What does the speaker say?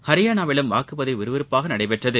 ஹரியானாவிலும் வாக்குப் பதிவு விறுவிறுப்பாக நடைபெற்றது